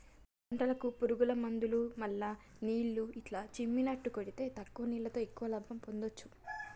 పంటలకు పురుగుల మందులు మల్ల నీళ్లు ఇట్లా చిమ్మిచినట్టు కొడితే తక్కువ నీళ్లతో ఎక్కువ లాభం పొందొచ్చు